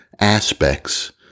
aspects